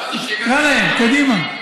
תקרא להם, קדימה.